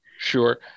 Sure